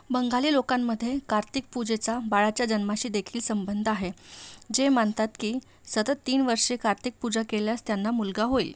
बंगाली लोकांमध्ये कार्तिकपूजेचा बाळाच्या जन्माशी देखील संंबंध आहे जे मानतात की सतत तीन वर्षे कार्तिकपूजा केल्यास त्यांना मुलगा होईल